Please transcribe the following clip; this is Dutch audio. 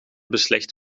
beslecht